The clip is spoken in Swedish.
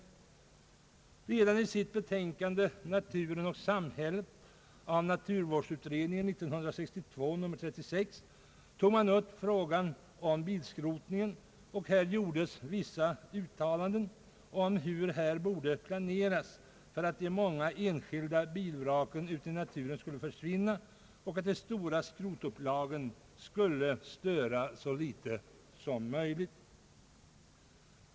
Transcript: Naturvårdsutredningen tog i sitt betänkande Naturen och samhället redan år 1962 upp frågan om bilskrotningen och gjorde vissa uttalanden om hur här borde planeras för att de många enskilda bilvraken ute i naturen skulle försvinna och för att de stora skrotupplagen skulle störa så litet som möjligt.